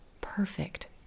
perfect